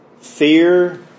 fear